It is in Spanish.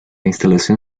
instalación